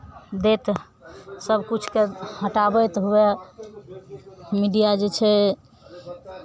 दैत सभकिछुके हटाबैत हुए मीडिया जे छै